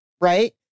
Right